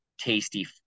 Tasty